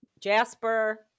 Jasper